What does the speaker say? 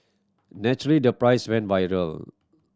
naturally the piece went viral